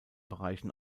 bereichen